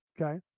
Okay